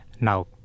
Now